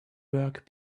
work